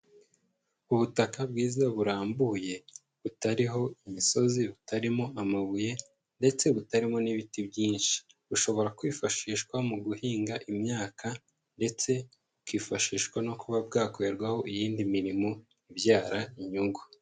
Ubutaka bwiza burambuye butariho imisozi, butarimo amabuye ndetse butarimo n'ibiti byinshi, bushobora kwifashishwa mu guhinga imyaka ndetse bukifashishwa no kuba bwakorerwaho iyindi mirimo ibyara inyungu.